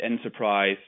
enterprise